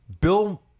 Bill